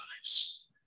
lives